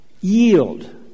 Yield